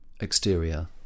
Exterior